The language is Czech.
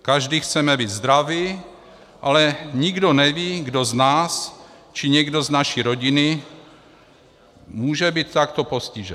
Každý chceme být zdravý, ale nikdo neví, kdo z nás či někdo z naší rodiny může být takto postižen.